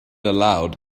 aloud